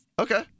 Okay